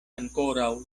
ankoraŭ